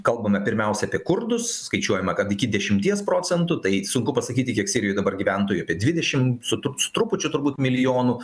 kalbame pirmiausia apie kurdus skaičiuojama kad iki dešimties procentų tai sunku pasakyti kiek sirijoj dabar gyventojų apie dvidešim su tru su trupučiu turbūt milijonų